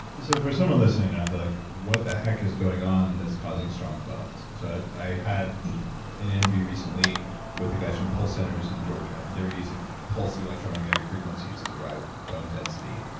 so for someone listening now, they're like, what the heck is going on that's causing strong bones? so but i had an interview recently with the guys from pulse centers in georgia. and they were using like pulse electromagnetic frequencies to drive bone density.